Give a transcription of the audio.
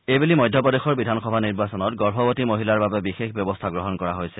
এইবেলি মধ্যপ্ৰদেশৰ বিধানসভা নিৰ্বাচনত গৰ্ভৱতী মহিলাৰ বাবে বিশেষ ব্যৱস্থা গ্ৰহণ কৰা হৈছে